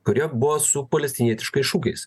kurie buvo su palestinietiškais šūkiais